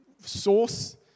source